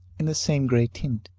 in the same grey tint,